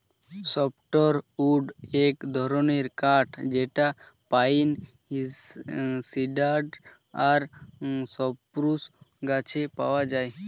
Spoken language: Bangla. সফ্ট উড এক ধরনের কাঠ যেটা পাইন, সিডার আর সপ্রুস গাছে পাওয়া যায়